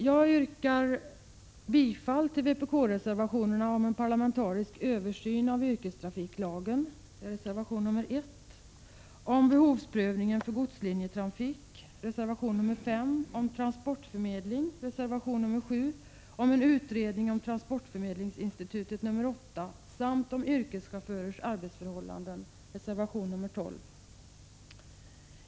Jag yrkar bifall till vpk-reservationerna nr 1 om en parlamentarisk översyn av yrkestrafiklagen, nr 5 om behovsprövningen avseende godslinjetrafiken, nr 7 om transportförmedling, nr 8 om en utredning av transportförmedlingsinstitutet samt nr 12 om yrkeschaufförers arbetsförhållanden. — Jag har tidigare yrkat bifall till reservation 13.